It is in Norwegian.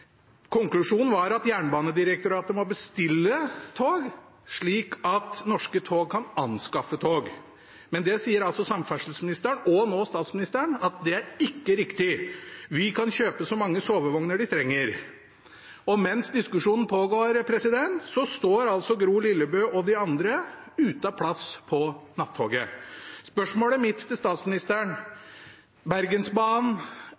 Konklusjonen var at Jernbanedirektoratet må bestille tog, slik at Norske Tog kan anskaffe tog. Men det sier altså samferdselsministeren og nå statsministeren at ikke er riktig – Vy kan kjøpe så mange sovevogner de trenger. Mens diskusjonen pågår, står Gro Lillebø og de andre uten plass på nattoget. Spørsmålet mitt til